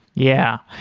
yeah.